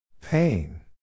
Pain